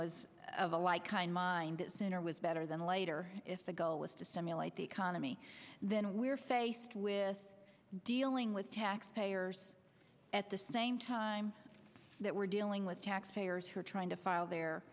was of a like kind mind that sooner was better than later if the goal was to simulate the economy then we're faced with dealing with tax payers at the same time that we're dealing with taxpayers who are trying to file their